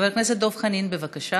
חבר הכנסת דב חנין, בבקשה.